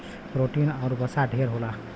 protein आउर वसा ढेर होला